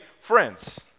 friends